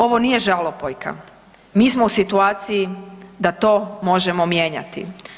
Ovo nije žalopojka, mi smo u situaciji da to možemo mijenjati.